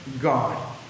God